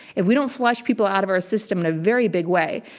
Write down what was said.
if we don't flush people out of our system in a very big way,